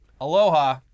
Aloha